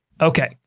Okay